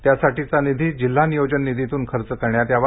त्यासाठीचा निधी जिल्हा नियोजन निधीतून खर्च करण्यात यावा